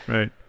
Right